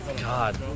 god